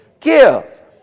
give